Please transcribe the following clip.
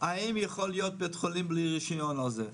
האם יכול להיות בית חולים בלי הרשיון הזה?